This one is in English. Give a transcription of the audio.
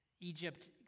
Egypt